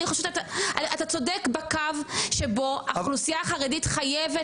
אתה צודק בקו שבו האוכלוסייה החרדית חייבת